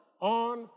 on